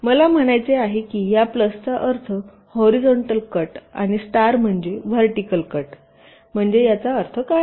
मला म्हणायचे आहे की या प्लसचा अर्थ हॉरीझॉन्टल कट आहे आणि स्टार म्हणजे व्हर्टिकल कट म्हणजे याचा अर्थ काय आहे